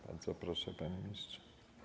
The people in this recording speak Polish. Bardzo proszę, panie ministrze.